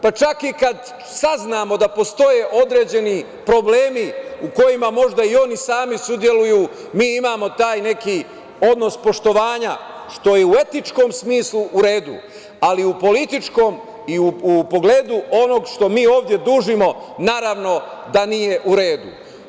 Pa čak i kad saznamo da postoje određeni problemi u kojima možda i oni sami sudeluju mi imamo taj neki odnos poštovanja što je u etičkom smislu u redu, ali i u političkom i u pogledu onog što mi ovde dužimo naravno da nije u redu.